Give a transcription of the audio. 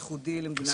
ייחודי למדינת ישראל.